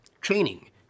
training